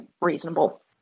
reasonable